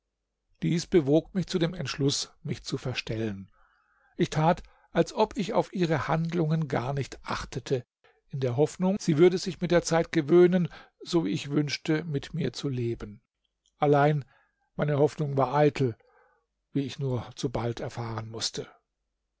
dies bewog mich zu dem entschluß mich zu verstellen ich tat als ob ich auf ihre handlungen gar nicht achtete in der hoffnung sie würde sich mit der zeit gewöhnen so wie ich wünschte mit mir zu leben allein meine hoffnung war eitel wie ich nur zu bald erfahren mußte